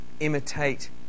Imitate